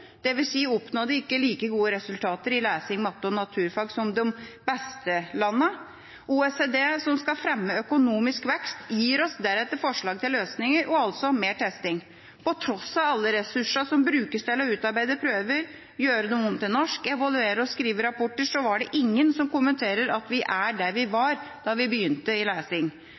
ikke oppnådde like gode resultater i lesing, matte og naturfag som de «beste» landene. OECD, som skal fremme økonomisk vekst, gir oss deretter forslag til løsninger – og altså mer testing. På tross av alle ressursene som brukes til å utarbeide prøver, gjøre dem om til norsk, evaluere og skrive rapporter, er det ingen som kommenterer at vi i lesing er der vi var da vi begynte. At vi presterer så vidt over et gjennomsnitt i